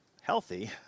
healthy